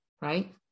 right